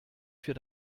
für